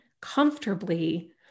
comfortably